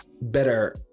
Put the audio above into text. better